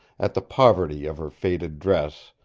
at the poverty of her faded dress,